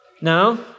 No